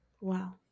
wow